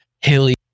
hilly